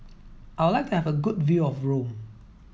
I would like to have a good view of Rome